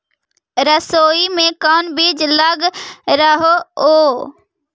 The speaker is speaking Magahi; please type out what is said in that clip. सरसोई मे कोन बीज लग रहेउ?